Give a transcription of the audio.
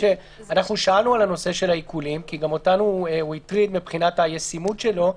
שאלנו על העיקול כי גם אותנו הוא הטריד מבחינת הישימות שלו.